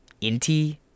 Inti